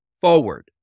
forward